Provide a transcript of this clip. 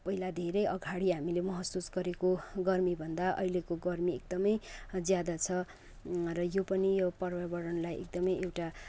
पहिला धेरै अगाडि हामीले महसुस गरेको गर्मीभन्दा अहिलेको गर्मी एकदमै ज्यादा छ र यो पनि यो पर्यावरणलाई एकदमै एउटा